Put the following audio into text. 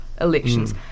elections